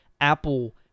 Apple